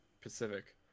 pacific